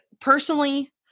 personally